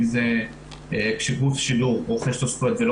אם זה כשגוף שידור רוכש את הזכויות ולא